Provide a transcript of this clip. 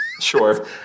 Sure